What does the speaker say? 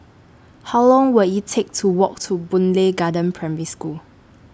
How Long Will IT Take to Walk to Boon Lay Garden Primary School